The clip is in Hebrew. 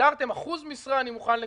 הגדרתם אחוז משרה, אני מוכן לקבל,